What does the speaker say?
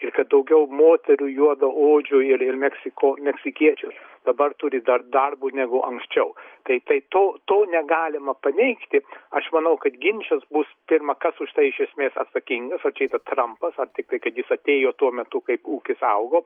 ir kad daugiau moterų juodaodžių ir ir meksiko meksikiečius dabar turi dar darbo negu anksčiau tai tai to to negalima paneigti aš manau kad ginčas bus pirma kas už tai iš esmės atsakingas o čia yra trampas tiktai kad jis atėjo tuo metu kai ūkis augo